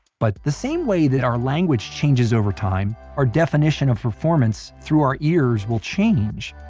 but, the same way that our language changes over time, our definition of performance through our ears will change.